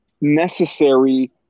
necessary